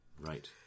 Right